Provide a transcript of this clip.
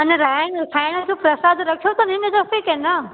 अञा रहाइण खाइण जो प्रशाद रखियो अथनि हिन दफ़े की न